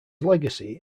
legacy